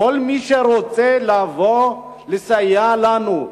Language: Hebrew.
כל מי שרוצה לבוא לסייע לנו,